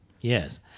Yes